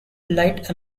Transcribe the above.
light